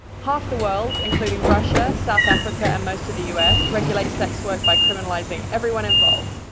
half the world, including russia, south africa and most of the us, regulates sex work by criminalizing everyone involved.